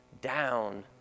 down